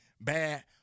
bad